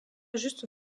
juste